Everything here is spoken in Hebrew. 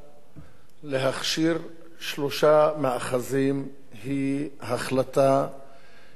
להכשיר שלושה מאחזים היא החלטה שיש בה